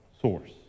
source